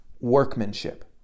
workmanship